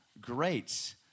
great